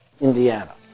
Indiana